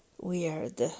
weird